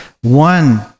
One